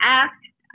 asked